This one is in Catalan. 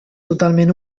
totalment